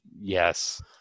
Yes